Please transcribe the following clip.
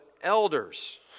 elders